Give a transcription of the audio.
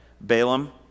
Balaam